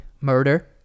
murder